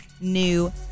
new